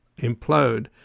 implode